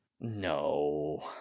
No